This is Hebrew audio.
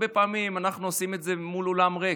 הרבה פעמים אנחנו עושים את זה מול אולם ריק.